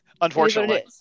Unfortunately